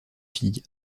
filles